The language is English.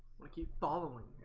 i keep following